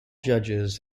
judges